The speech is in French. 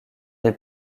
des